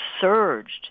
surged